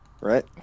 right